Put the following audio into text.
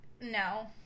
no